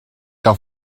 que